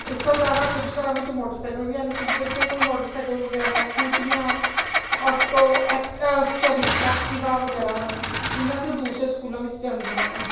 ਇਸ ਤੋਂ ਇਲਾਵਾ ਕੁਝ ਘਰਾਂ ਵਿੱਚ ਮੋਟਰਸਾਈਕਲ ਵੀ ਹਨ ਕੁਝ ਬੱਚਿਆਂ ਕੋਲ ਮੋਟਰਸਾਈਕਲ ਵਗੈਰਾ ਸਕੂਟੀਆਂ ਆਟੋ ਐ ਸੋਰੀ ਐਕਟਿਵਾ ਵਗੈਰਾ ਹਨ ਜਿਨ੍ਹਾਂ ਤੋਂ ਦੂਸਰੇ ਸਕੂਲਾਂ ਵਿੱਚ ਜਾਂਦੇ ਹਨ